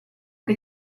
che